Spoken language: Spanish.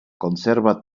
conserva